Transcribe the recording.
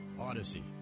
odyssey